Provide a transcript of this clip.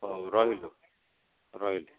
ହଉ ରହିଲ ରହିଲି